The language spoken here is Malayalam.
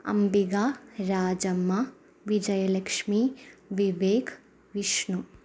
അംബിക രാജമ്മ വിജയലക്ഷ്മി വിവേക് വിഷ്ണു